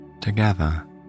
Together